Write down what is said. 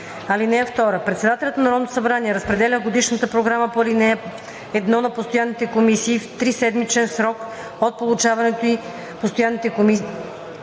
ѝ. (2) Председателят на Народното събрание разпределя годишната програма по ал. 1 на постоянните комисии. В триседмичен срок от получаването ѝ постоянните комисии,